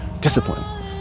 discipline